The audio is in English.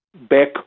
back